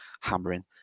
hammering